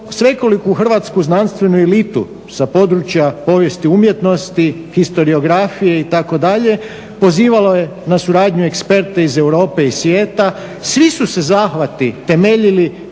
svekoliku hrvatsku znanstvenu elitu sa područja povijesti umjetnosti, historiografije itd., pozivalo je na suradnju eksperkte iz Europe i svijeta, svi su se zahvati temeljili